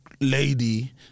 lady